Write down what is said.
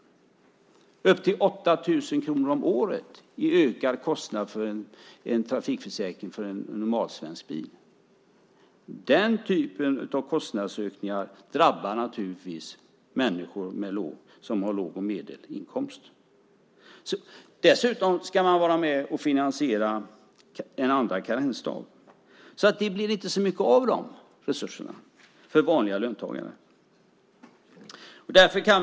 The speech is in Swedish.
Det blir upp till 8 000 kronor om året i ökad kostnad för en trafikförsäkring för en normal svensk bil. Den typen av kostnadsökningar drabbar naturligtvis människor med låg eller medelinkomst. Dessutom ska man vara med och finansiera en andra karensdag. Så det blir inte så mycket av de resurserna för vanliga löntagare. Fru talman!